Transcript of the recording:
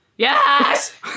Yes